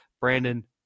Brandon